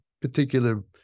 particular